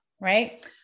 right